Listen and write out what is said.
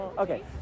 Okay